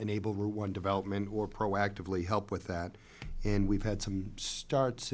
enable one development or proactively help with that and we've had some starts